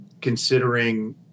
considering